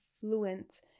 fluent